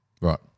Right